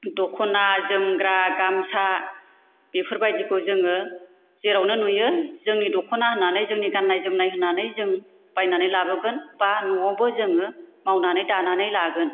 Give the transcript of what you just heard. दख'ना जोमग्रा गामसा बेफोरबायदिखौ जोङो जेरावनो नुयो जोंनि द'खाना होन्नानै जोंनि गान्नाय जोमनाय होननानै जों बायनानै लाबोगोन बा न'वावबो जोङो मावनानै दानानै लागोन